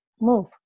move